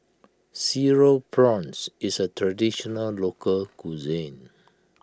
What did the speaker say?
Cereal Prawns is a Traditional Local Cuisine